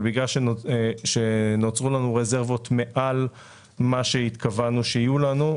אבל בגלל שנוצרו לנו רזרבות מעל מה שהתכוונו שיהיו לנו,